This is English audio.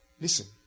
Listen